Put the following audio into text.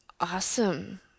Awesome